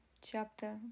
chapter